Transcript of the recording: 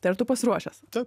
tai ar tu pasiruošęs